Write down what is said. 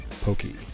Pokey